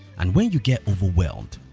and when you get overwhelmed,